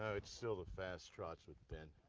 so it's still the fast trots with ben.